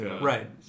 Right